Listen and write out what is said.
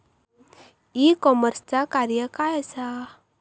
E कॉमर्सचा कार्य काय असा?